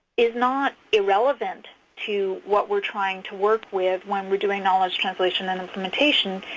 is not irrelevant to what we're trying to work with when we're doing knowledge translation and implementation,